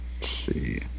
see